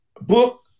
book